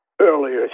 earlier